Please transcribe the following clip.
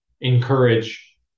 encourage